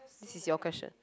this is your question